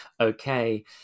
okay